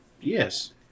Yes